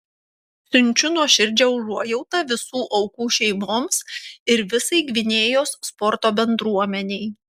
siunčiu nuoširdžią užuojautą visų aukų šeimoms ir visai gvinėjos sporto bendruomenei